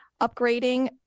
upgrading